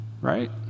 right